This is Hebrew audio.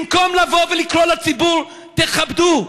במקום לבוא ולקרוא לציבור: תכבדו,